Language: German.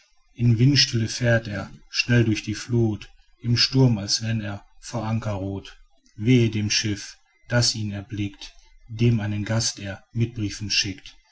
in windstille fährt er schnell durch die fluth im sturm als wenn er vor anker ruht wehe dem schiffe das ihn erblickt dem einen gast er mit briefen schickt